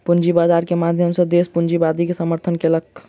पूंजी बाजार के माध्यम सॅ देस पूंजीवाद के समर्थन केलक